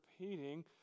repeating